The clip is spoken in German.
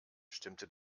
stimmte